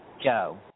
Joe